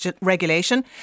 Regulation